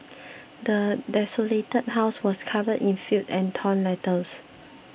the desolated house was covered in filth and torn letters